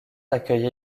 accueille